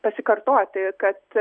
pasikartoti kad